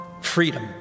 freedom